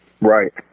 Right